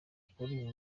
ukuri